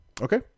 Okay